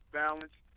balance